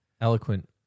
eloquent